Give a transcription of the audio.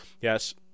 Yes